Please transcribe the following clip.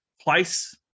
place